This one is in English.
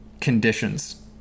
conditions